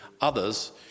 others